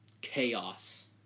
chaos